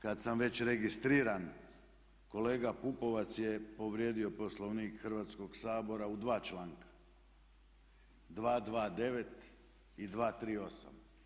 Kad sam već registriran kolega Pupovac je povrijedio Poslovnik Hrvatskog sabora u dva članka 229. i 238.